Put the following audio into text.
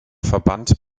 verband